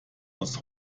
aus